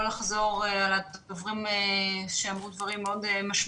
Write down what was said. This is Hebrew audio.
לחזור על הדברים המשמעותיים שאמרו קודמיי.